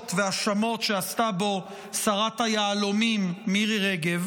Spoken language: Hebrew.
והשמות שעשתה בו שרת היהלומים מירי רגב,